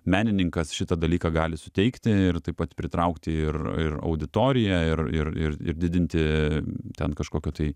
menininkas šitą dalyką gali suteikti ir taip pat pritraukti ir ir auditoriją ir ir ir ir didinti ten kažkokio tai